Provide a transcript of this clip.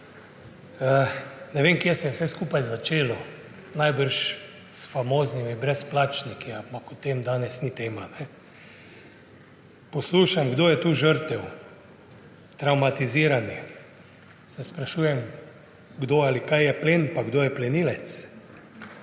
Ne vem, kje se je vse skupaj začelo. Najbrž s famoznimi brezplačniki, ampak to danes ni tema. Poslušam, kdo je tu žrtev, travmatizirani in se sprašujem, kdo ali kaj je plen pa kdo je plenilec.